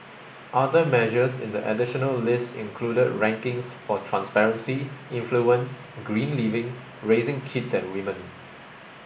other measures in the additional list included rankings for transparency influence green living raising kids and women